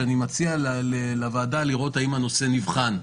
שאני מציע לוועדה לראות האם הנושא נבחן.